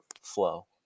flow